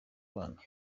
abana